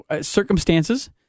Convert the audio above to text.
circumstances